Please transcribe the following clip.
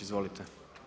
Izvolite.